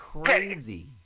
crazy